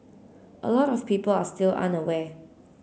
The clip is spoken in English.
a lot of people are still unaware